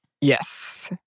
Yes